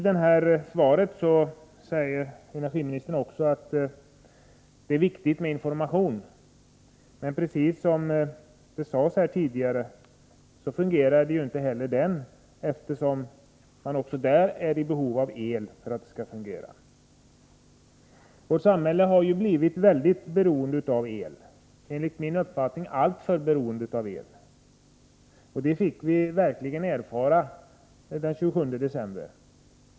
I svaret säger energiministern att det är viktigt med information. Men precis som det sades här tidigare fungerade inte heller informationen, eftersom man också på det området är i behov av el. Vårt samhälle har blivit mycket beroende — enligt min uppfattning alltför beroende — av el. Det fick vi verkligen erfara den 27 december.